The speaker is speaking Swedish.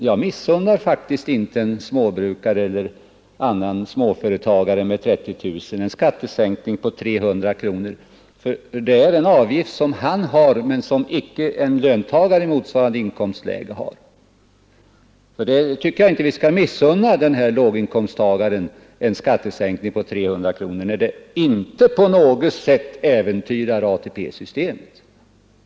Jag missunnar inte en småbrukare med 30 000 kronor i inkomst en skattesänkning på 300 kronor för en avgift som han har, men som icke en löntagare i motsvarande inkomstläge har. Vi skall inte missunna denne låginkomsttagare en sådan skattesänkning när det inte på något sätt äventyrar ATP-systemet.